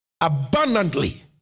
Abundantly